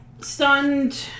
stunned